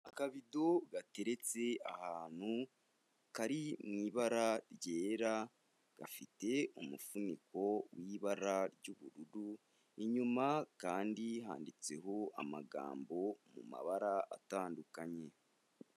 Akabido gateretse ahantu kari mu ibara ryera, gafite umufuniko w'ibara ry'ubururu, inyuma kandi handitseho amagambo mu mabara atandukanye.